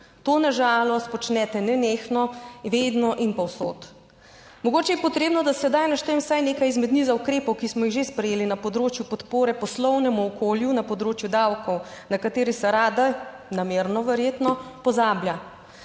To na žalost počnete nenehno, vedno in povsod. Mogoče je potrebno, da sedaj naštejem vsaj nekaj izmed niza ukrepov, ki smo jih že sprejeli na področju podpore poslovnemu okolju, na področju davkov, na katere se rada, namerno verjetno, pozablja.